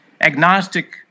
agnostic